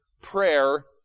prayer